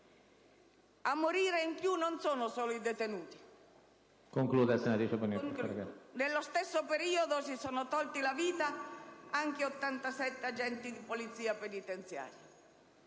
A morire in più non sono solo i detenuti: nello stesso periodo si sono tolti la vita anche 87 agenti di polizia penitenziaria.